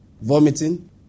vomiting